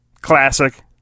classic